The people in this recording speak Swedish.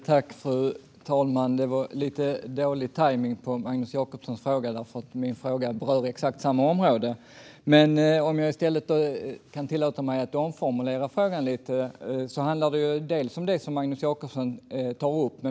Fru talman! Det var lite dålig tajmning med Magnus Jacobssons fråga, för min fråga berör exakt samma område. Men om jag tillåter mig att omformulera frågan lite handlar den delvis om det som Magnus Jacobsson tog upp.